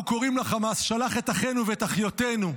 אנחנו קוראים לחמאס: שלח את אחינו ואת אחיותינו.